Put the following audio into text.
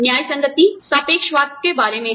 न्याय संगति सापेक्षतावाद के बारे में है